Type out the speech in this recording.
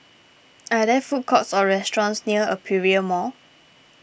are there food courts or restaurants near Aperia Mall